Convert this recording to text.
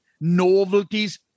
novelties